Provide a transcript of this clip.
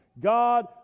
God